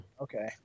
okay